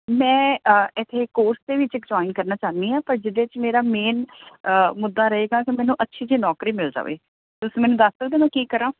ਮੈਂ ਇੱਥੇ ਕੋਰਸ ਦੇ ਵਿੱਚ ਇੱਕ ਜੋਇਨ ਕਰਨਾ ਚਾਹੁੰਦੀ ਹਾਂ ਪਰ ਜਿਹਦੇ 'ਚ ਮੇਰਾ ਮੇਨ ਮੁੱਦਾ ਰਹੇਗਾ ਕਿ ਮੈਨੂੰ ਅੱਛੀ ਜਿਹੀ ਨੌਕਰੀ ਮਿਲ ਜਾਵੇ ਤੁਸੀਂ ਮੈਨੂੰ ਦੱਸ ਸਕਦੇ ਹੋ ਮੈਂ ਕੀ ਕਰਾਂ